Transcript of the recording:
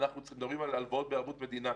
בבקשה.